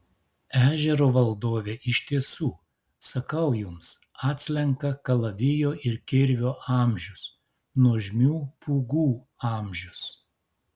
ežero valdovė iš tiesų sakau jums atslenka kalavijo ir kirvio amžius nuožmių pūgų amžius